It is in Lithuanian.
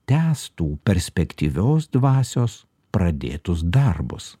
tęstų perspektyvios dvasios pradėtus darbus